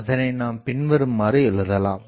அதனை நாம் பின்வருமாறு எழுதலாம்